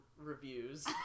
reviews